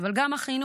אבל גם החינוך,